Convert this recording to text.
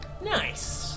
Nice